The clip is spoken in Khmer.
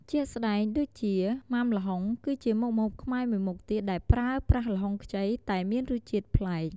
ជាក់ស្ដែងដូចជា ម៉ាំល្ហុងគឺជាមុខម្ហូបខ្មែរមួយមុខទៀតដែលប្រើប្រាស់ល្ហុងខ្ចី តែមានរសជាតិប្លែក។